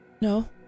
No